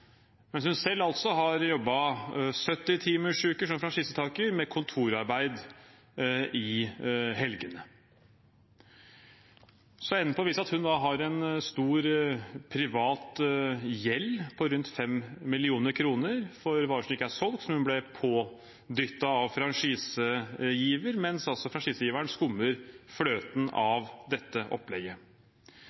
Hun har selv jobbet 70-timersuker som franchisetaker, med kontorarbeid i helgene. Enden på visa er at hun har en stor privat gjeld, på rundt 5 mill. kr, for varer som ikke er solgt, som hun ble pådyttet av franchisegiver, mens franchisegiveren altså skummer fløten av dette opplegget.